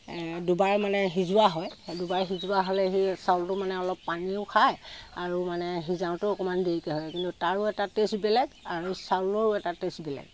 দুবাৰ মানে সিজোৱা হয় দুবাৰ সিজোৱা হ'লে সেই চাউলটো মানে অলপ পানীও খায় আৰু মানে সিজাওতেও অকণমান দেৰিকৈ হয় কিন্তু তাৰো এটা টেষ্ট বেলেগ আৰু চাউলৰো এটা টেষ্ট বেলেগ